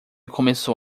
começou